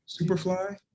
Superfly